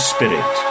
Spirit